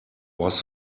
was